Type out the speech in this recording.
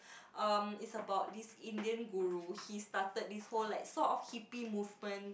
um it's about this Indian Guru he started this whole like sort of hippy movement